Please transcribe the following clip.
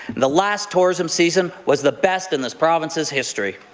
the last tourism season was the best in this province's history.